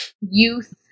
youth